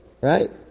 right